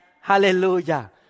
Hallelujah